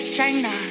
China